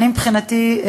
מבחינתי,